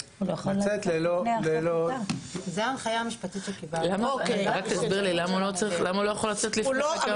לצאת ללא - רק תסבירו לי למה הוא לא יכול לצאת לפני כן?